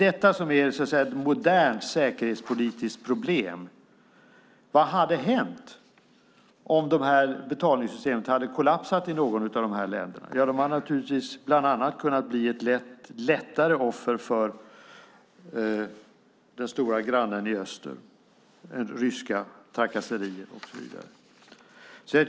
Det är ett modernt säkerhetspolitiskt problem, för vad hade hänt om betalningssystemet hade kollapsat i något av dessa länder? Jo, landet hade bland annat kunnat bli ett lättare offer för den stora grannen i öster, för ryska trakasserier och så vidare.